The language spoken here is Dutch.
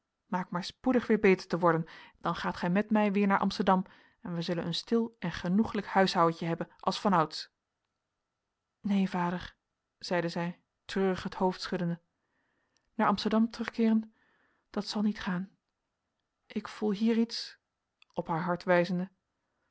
maak maar spoedig weer beter te worden dan gaat gij met mij weer naar amsterdam en wij zullen een stil en genoeglijk huishouwentje hebben als vanouds neen vader zeide zij treurig het hoofd schuddende naar amsterdam terugkeeren dat zal niet gaan ik voel hier iets op haar